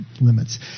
limits